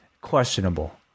questionable